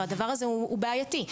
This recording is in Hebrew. והדבר הזה הוא בעייתי.